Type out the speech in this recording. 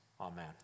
Amen